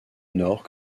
nord